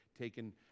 taken